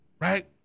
right